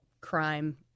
crime